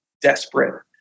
desperate